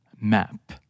Map